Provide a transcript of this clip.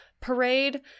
Parade